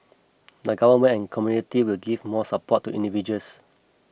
the Government and community will give more support to individuals